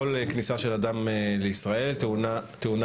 כל כניסה של אדם לישראל טעונה